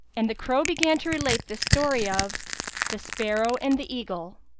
and the crow began to relate the story of the sparrow and the eagle